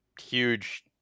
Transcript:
huge